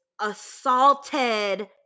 assaulted